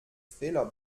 fehler